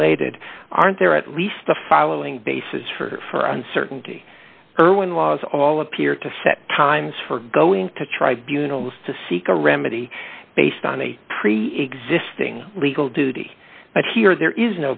related aren't there at least the following bases for uncertainty irwin laws all appear to set times for going to tribunals to seek a remedy based on a pre existing legal duty but here there is